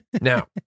Now